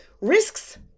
risks